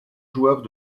joueurs